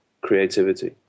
creativity